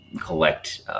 collect